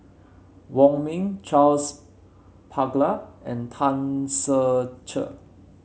Wong Ming Charles Paglar and Tan Ser Cher